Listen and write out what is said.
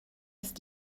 ist